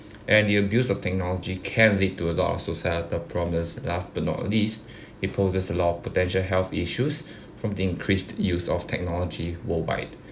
and the abuse of technology can lead to a lot of societal problems last but not least it poses a lot of potential health issues from the increased use of technology worldwide